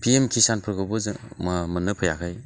P M किसानफोरखौबो जों मोननो फैयाखै